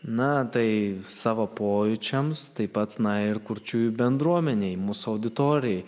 na tai savo pojūčiams tai pats na ir kurčiųjų bendruomenei mūsų auditorijai